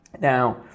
Now